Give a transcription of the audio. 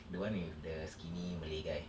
the one with the skinny malay guy